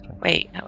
Wait